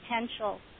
potential